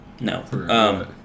No